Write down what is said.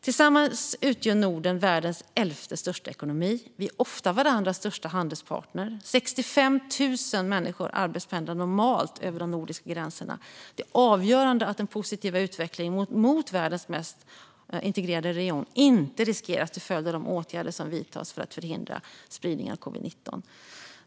Tillsammans utgör Norden världens elfte största ekonomi. Vi är ofta varandras största handelspartner. 65 000 människor arbetspendlar normalt över de nordiska gränserna. Det är avgörande att den positiva utvecklingen i riktning mot världens mest integrerade region inte riskeras till följd av de åtgärder som vidtas för att förhindra spridningen av covid-19.